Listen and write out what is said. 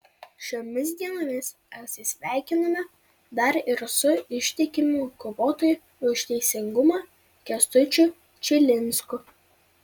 šiomis dienomis atsisveikinome dar ir su ištikimu kovotoju už teisingumą kęstučiu čilinsku